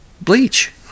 bleach